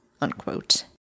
unquote